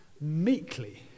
Meekly